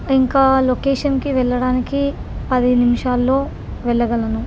ఇంకా లొకేషన్కి వెళ్ళడానికి పదిహేను నిమిషాల్లో వెళ్ళగలను